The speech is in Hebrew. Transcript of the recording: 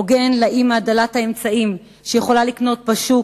הוגן לאמא דלת האמצעים שיכולה לקנות בשוק,